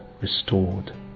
restored